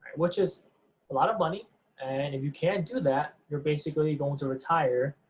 which is a lot of money and if you can do that, you're basically going to retire